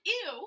ew